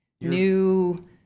new